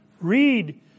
Read